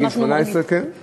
עד גיל 18. בוודאי.